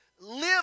live